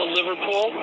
Liverpool